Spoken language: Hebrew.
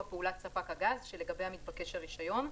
פעולת ספק הגז שלגביה מתבקש הרישיון,